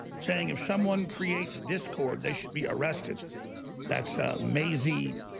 saying if someone creates discord they should be arrested that's maisie